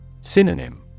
Synonym